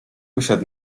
usiadł